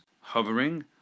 hovering